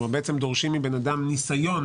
דורשים מאדם ניסיון